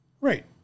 Right